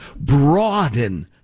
broaden